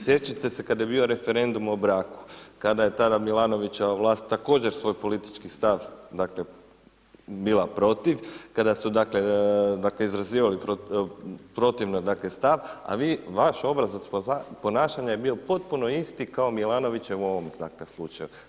Sjećate se kada je bio referendum o braku, kada je tada Milanovićeva vlast također svoj politički stav dakle, bila protiv, kada su dakle, izrazivali protivno sav, a vaš obrazac ponašanja je bio potpuno isti kao Milanovićev u ovom dakle, slučaju.